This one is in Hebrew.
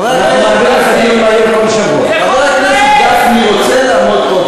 חבר הכנסת גפני רוצה לעמוד פה,